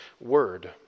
word